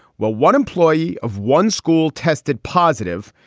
well, one employee of one school tested positive.